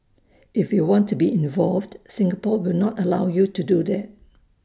if you want to be involved Singapore will not allow you to do that